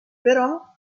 però